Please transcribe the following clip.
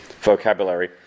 vocabulary